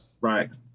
Right